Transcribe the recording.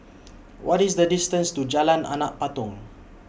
What IS The distance to Jalan Anak Patong